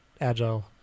agile